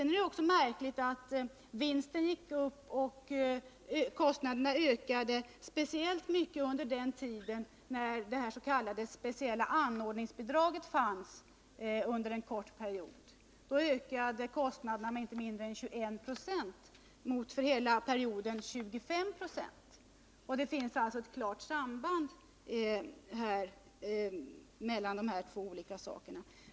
Det är också märkligt att vinsterna var störst och att kostnaderna ökade speciellt mycket under den korta period när det s.k. speciella anordningsbidraget fanns. Då ökade kostnaderna med inte mindre än 21 26 mot för hela perioden 25 90. Det finns alltså ett klart samband mellan dessa förhållanden.